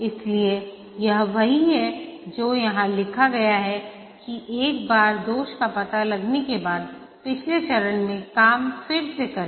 इसलिए यह वही है जो यहां लिखा गया है कि एक बार दोष का पता लगने के बाद पिछले चरणों में काम फिर से करें